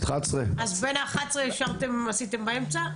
לא, 11:00. אז עשיתם באמצע?